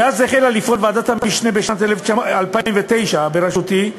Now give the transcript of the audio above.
מאז החלה לפעול ועדת המשנה, בשנת 2009, בראשותי,